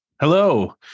hello